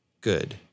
good